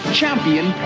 champion